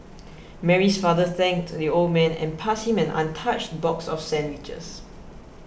Mary's father thanked the old man and passed him an untouched box of sandwiches